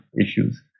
issues